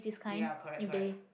ya correct correct